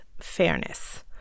fairness